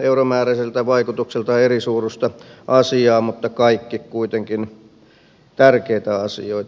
euromääräisiltä vaikutuksiltaan eri suuruista asiaa mutta kaikki kuitenkin tärkeitä asioita